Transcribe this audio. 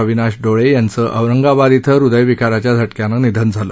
अविनाश डोळस यांचं औरंगाबाद िंग ह्दयविकाराच्या झटक्यानं निधन झालं